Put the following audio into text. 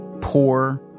poor